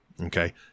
okay